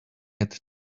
had